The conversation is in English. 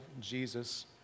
Jesus